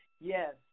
yes